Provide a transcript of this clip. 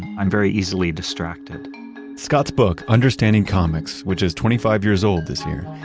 i'm very easily distracted scott's book, understanding comics, which is twenty five years old this year,